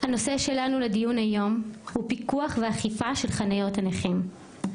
הנושא שלנו לדיון היום הוא פיקוח ואכיפה של חניות הנכים.